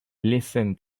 listened